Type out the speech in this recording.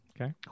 okay